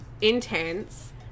intense